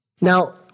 Now